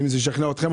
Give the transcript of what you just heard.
ואם זה ישכנע אתכם,